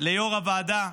ליושב-ראש הוועדה,